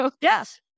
Yes